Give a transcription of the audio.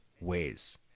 ways